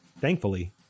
thankfully